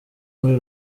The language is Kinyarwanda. muri